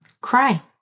cry